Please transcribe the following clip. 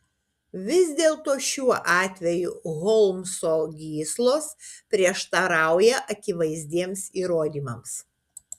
vis dėlto šiuo atveju holmso gyslos prieštarauja akivaizdiems įrodymams